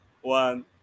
One